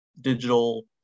digital